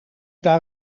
daar